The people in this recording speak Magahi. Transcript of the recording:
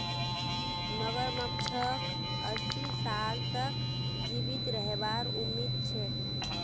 मगरमच्छक अस्सी साल तक जीवित रहबार उम्मीद छेक